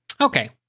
Okay